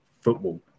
football